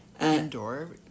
Indoor